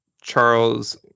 Charles